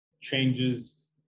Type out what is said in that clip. changes